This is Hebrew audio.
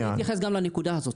אז אני אתייחס גם לנקודה הזאת,